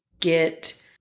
get